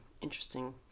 interesting